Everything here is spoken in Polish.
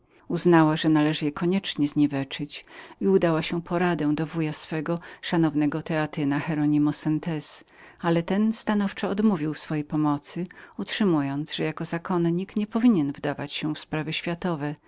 że należało koniecznie je zniweczyć i udała się po radę do wuja swego szanownego teatyna hieronima santez ale ten stanowczo odmówił jej swojej pomocy utrzymując że zakonnik nie powinien wdawać się w sprawy światowe